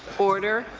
order.